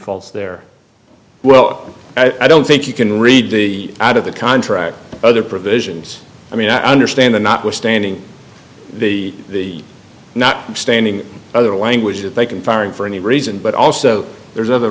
falls there well i don't think you can read the out of the contract other provisions i mean i understand the notwithstanding the not standing other language that they can fire in for any reason but also there's another